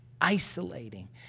isolating